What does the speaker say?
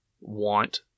want